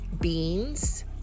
beans